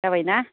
जाबायना